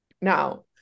now